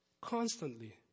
constantly